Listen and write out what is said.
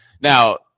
Now